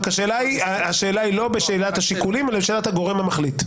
רק השאלה היא לא בשאלת השיקולים אלא בשאלת הגורם המחליט.